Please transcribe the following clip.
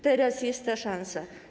Teraz jest ta szansa.